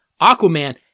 Aquaman